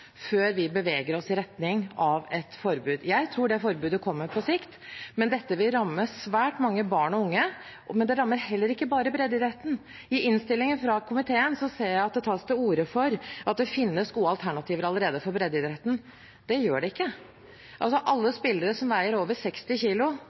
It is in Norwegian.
før vi beveger oss i retning av et forbud. Jeg tror det forbudet kommer på sikt, men dette vil ramme svært mange barn og unge. Og det rammer heller ikke bare breddeidretten. I innstillingen fra komiteen ser jeg at det tas til orde for at det finnes gode alternativer allerede for breddeidretten. Det gjør det ikke, og det gjelder alle spillere som veier over 60 kg, altså